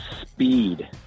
speed